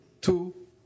Two